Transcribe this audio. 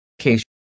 case